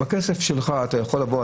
בכסף שלך אתה יכול לבוא,